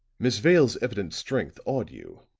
miss vale's evident strength awed you,